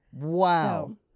Wow